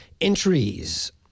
entries